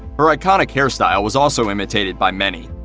her iconic hairstyle was also imitated by many.